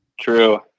True